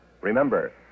Remember